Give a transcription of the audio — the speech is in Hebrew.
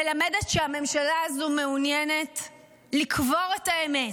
מלמדת שהממשלה הזו מעוניינת לקבור את האמת.